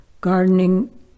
Gardening